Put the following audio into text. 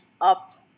up